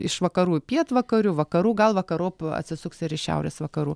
iš vakarų į pietvakarių vakarų gal vakarop atsisuks ir iš šiaurės vakarų